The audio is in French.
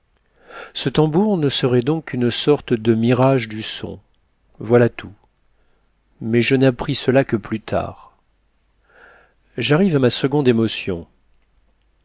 ce tambour ne serait donc qu'une sorte de mirage du son voilà tout mais je n'appris cela que plus tard j'arrive à ma seconde émotion